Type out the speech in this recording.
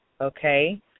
okay